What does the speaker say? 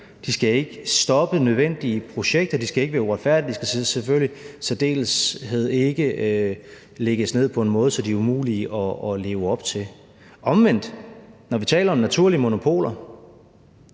de skal ikke stoppe nødvendige projekter, de skal ikke være uretfærdige, og de skal selvfølgelig i særdeleshed ikke udformes på en måde, så de er umulige at leve op til. Omvendt er det vel, når vi taler om naturlige monopoler,